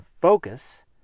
focus